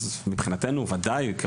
אז מבחינתנו בוודאי.